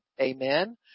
Amen